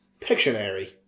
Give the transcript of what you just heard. Pictionary